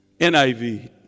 NIV